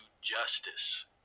justice